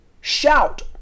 Shout